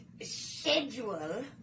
schedule